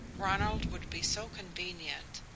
ronald would be so convenient,